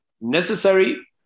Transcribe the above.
necessary